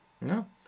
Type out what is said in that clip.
No